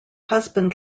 husband